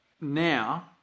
now